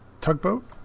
tugboat